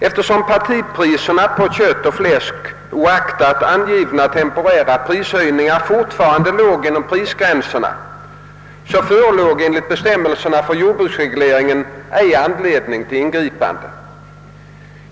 Eftersom partipriserna på kött och fläsk oaktat angivna temporära prishöjningar fortfarande låg inom prisgränserna, förelåg enligt bestämmelserna för jordbruksregleringen ej anledning till ingripande.